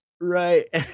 Right